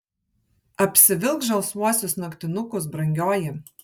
apsivilk žalsvuosius naktinukus brangioji